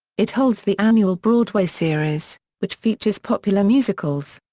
it holds the annual broadway series, which features popular musicals.